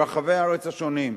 ברחבי הארץ השונים,